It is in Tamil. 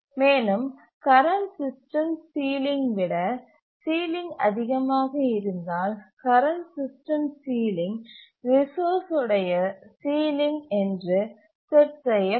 மேலும் கரண்ட் சிஸ்டம் சீலிங் விட சீலிங் அதிகமாக இருந்தால் கரண்ட் சிஸ்டம் சீலிங் ரிசோர்ஸ் உடைய சீலிங் என்று செட் செய்யப்படும்